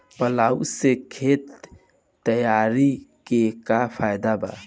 Plough से खेत तैयारी के का फायदा बा?